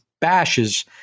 bashes